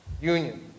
union